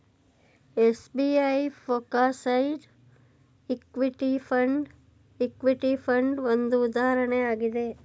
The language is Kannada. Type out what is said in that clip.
SBI focused equity fund, equity fund ಒಂದು ಉದಾಹರಣೆ ಆಗಿದೆ